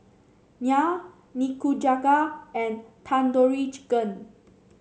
Naan Nikujaga and Tandoori Chicken